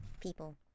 people